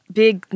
big